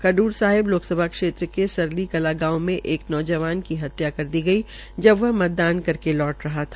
खड़ूर साहिब लोकसभा क्षे के सरली कला गांव में एक नौजवान की हत्या कर दी गई जब वह मतदान कर के लौट रहा था